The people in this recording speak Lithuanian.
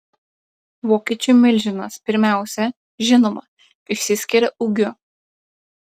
vokiečių milžinas pirmiausia žinoma išsiskiria ūgiu